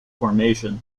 formation